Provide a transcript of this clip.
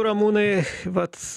ramūnai vat